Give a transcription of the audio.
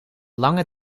lange